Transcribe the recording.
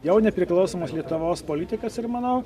jau nepriklausomos lietuvos politikas ir manau